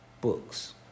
books